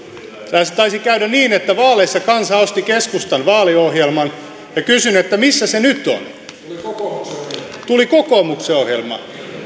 tässä taisi käydä niin että vaaleissa kansa osti keskustan vaaliohjelman kysyn missä se nyt on tuli kokoomuksen ohjelma